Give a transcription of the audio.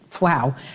Wow